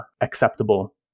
acceptable